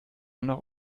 noch